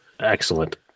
Excellent